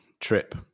trip